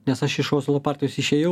nes aš iš ozolo partijos išėjau